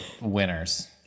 winners